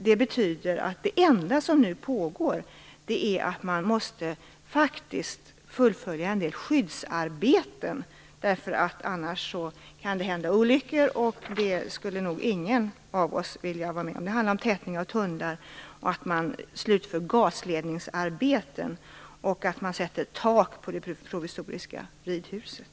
Det betyder att det enda som nu pågår är att man måste fullfölja en del skyddsarbeten. Annars kan det hända olyckor, och det skulle nog ingen av oss vilja vara med om. Det handlar om tätning av tunnlar, om att man slutför gasledningsarbeten och om att man sätter tak på det provisoriska ridhuset.